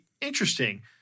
interesting